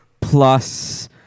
Plus